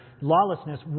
lawlessness